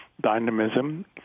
dynamism